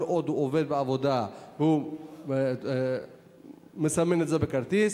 וכל עוד הוא עובד בעבודה הוא מסמן את זה בכרטיס.